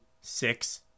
six